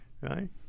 right